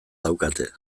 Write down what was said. daukate